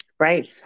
Right